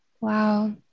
Wow